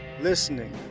listening